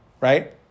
right